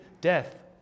death